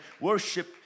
worship